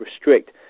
restrict